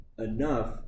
Enough